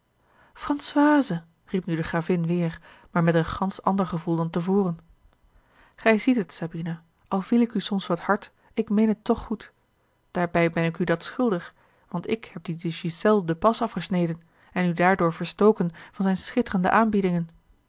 françoise riep nu de gravin weêr maar met een gansch ander gevoel dan tevoren gij ziet het sabina al viel ik u soms wat hard ik meen het toch goed daarbij ben ik u dat schuldig want ik heb dien de ghiselles den pas afgesneden en u daardoor verstoken van zijne schitterende aanbiedingen